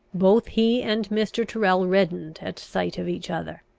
both he and mr. tyrrel reddened at sight of each other.